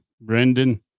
Brendan